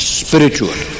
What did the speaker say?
spiritual